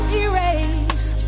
erase